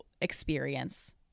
experience